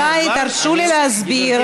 רבותיי, תרשו לי להסביר.